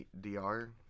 DR